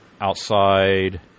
outside